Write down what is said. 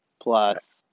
plus